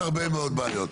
יש הרבה מאוד בעיות.